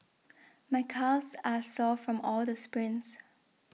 my calves are sore from all the sprints